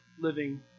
living